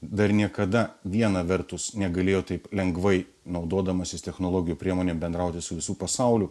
dar niekada viena vertus negalėjo taip lengvai naudodamasis technologijų priemonėm bendrauti su visu pasauliu